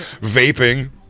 vaping